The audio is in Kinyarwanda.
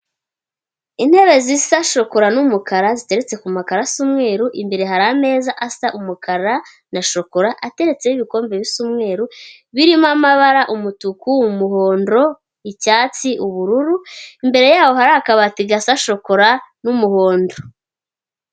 Intebe zisa shokora n'umukara ziteretse ku makaro asa umweru, imbere hari ameza asa umukara na shokora, atetseho ibikombe bisa umweru birimo amabara umutuku, umuhondo, icyatsi, ubururu, imbere yaho hari akabati gasa shokora n'umuhondo.